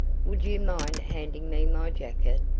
would you mind handing me my jacket.